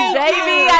baby